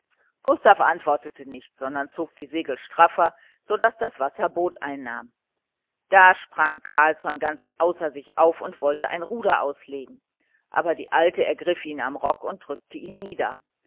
gustav antwortete nicht sondern zog die segel straffer so daß das boot wasser einnahm da sprang carlsson ganz außer sich auf und wollte ein ruder auslegen aber die alte ergriff ihn am rock und drückte ihn nieder